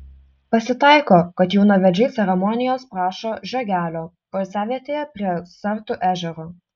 pasitaiko kad jaunavedžiai ceremonijos prašo žiogelio poilsiavietėje prie sartų ežero